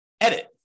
edit